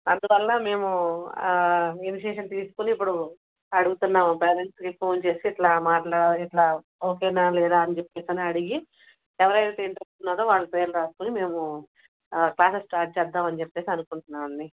అందువల్ల మేము ఏ విషషం తీసుకొని ఇప్పుడు అడుగుతున్నాము పేరెంట్స్కి ఫోన్ చేసి ఇట్లా మాట్లాడి ఇట్లా ఓకేనా లేదా అని చెప్పి అని అడిగి ఎవరైతే ఇంటరస్ట్ ఉన్నాదో వాళ్ళ పేర్లు రాసుకొని మేము క్లాసెస్ స్టార్ట్ చేద్దాం అని చెప్పి అనుకుంటున్నాం అండి